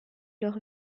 leur